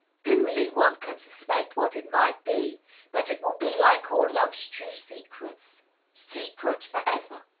dimly one can suspect what it might be but it will be like all love's true secrets secret for ever.